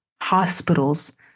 hospitals